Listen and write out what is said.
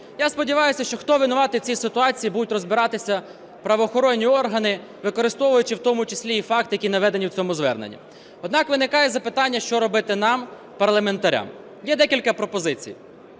Я сподіваюсь, що хто винуватий в цій ситуації, будуть розбиратися правоохоронні органи, використовуючи в тому числі і факти, які наведені в цьому зверненні. Однак виникає запитання, що робити нам, парламентарям. Є декілька пропозицій.